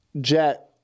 Jet